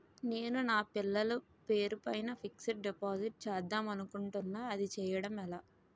నేను నా పిల్లల పేరు పైన ఫిక్సడ్ డిపాజిట్ చేద్దాం అనుకుంటున్నా అది చేయడం ఎలా?